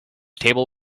table